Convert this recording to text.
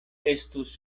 estus